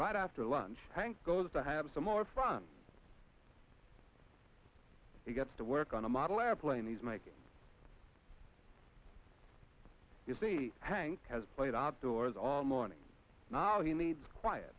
right after lunch hank goes to have some more fun he gets to work on a model airplane he's making you see hank has played out doors all morning now he needs quiet